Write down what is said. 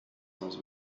was